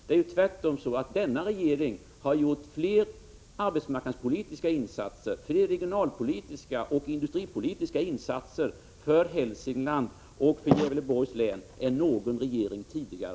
Det är tvärtom så att denna regering har gjort fler arbetsmarknadspolitiska, regionalpolitiska och industripolitiska insatser för Hälsingland och Gävleborgs län än någon regering tidigare.